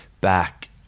back